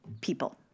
people